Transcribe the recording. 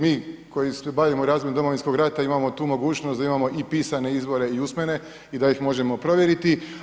Mi koji se bavimo razvojem Domovinskog rata imamo tu mogućnost da imamo i pisane izvore i usmene i da ih možemo provjeriti.